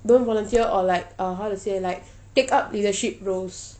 don't volunteer or like uh how to say like take up leadership roles